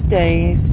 days